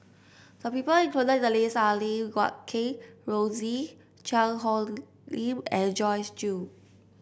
the people included in the list are Lim Guat Kheng Rosie Cheang Hong Lim and Joyce Jue